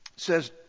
says